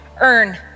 earn